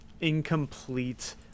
incomplete